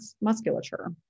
musculature